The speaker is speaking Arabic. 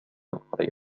القرية